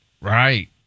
Right